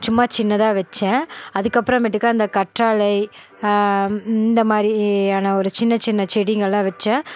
சும்மா சின்னதாக வச்சேன் அதுக்கு அப்புறமேட்டுக்கா இந்த கற்றாழை இந்த மாதிரியான ஒரு சின்ன சின்ன செடிங்கள்லாம் வச்சேன்